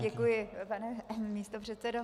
Děkuji, pane místopředsedo.